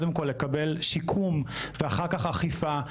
לקבל שיקום ואחר כך אכיפה.